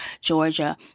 georgia